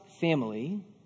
family